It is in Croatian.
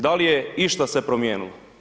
Da li je išta se promijenilo?